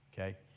Okay